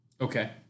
Okay